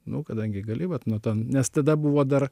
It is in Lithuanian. nu kadangi gali vat nu tan nes tada buvo dar